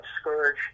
scourge